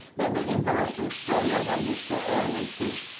but the interesting story about mr. raymond tisch.